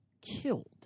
killed